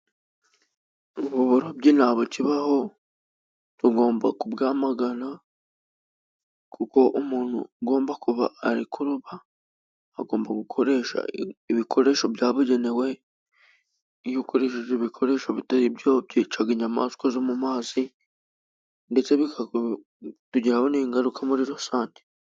Ubu burobyi ntabukibaho tugomba kubwamagana , kuko umuntu ugomba kuba ari kuroba agomba gukoresha ibikoresho byabugenewe. Iyo ukoresheje ibikoresho bitari byo byica inyamaswa zo mu mazi ,ndetse bitugiraho n'ingaruka muri rusange.